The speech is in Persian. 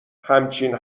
همچین